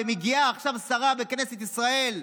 ומגיעה עכשיו שרה בכנסת ישראל,